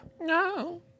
No